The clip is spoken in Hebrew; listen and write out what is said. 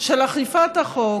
של אכיפת החוק,